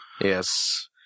Yes